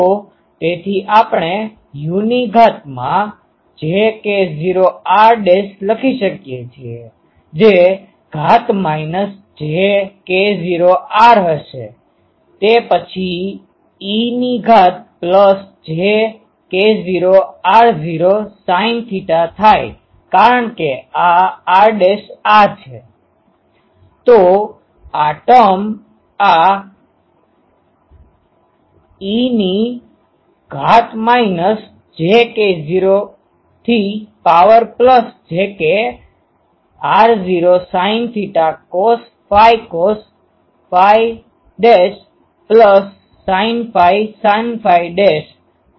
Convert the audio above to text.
તો તેથી આપણે e ની ઘાત માં j k0 r ડેશ લખીએ છીએ જે ઘાત માઈનસ j k0 r હશેતે પછી e ની ઘાત plus j k0 r0 sine theta થાય કારણ કે આ r' આ છે તો આ ટર્મ આ e jk0rejk0r0sin cos cos sin sin e ની ઘાત માઈનસ j k 0 થી power plus j k r0 sine theta cos phi cos phi dash plus sine phi sine phi dash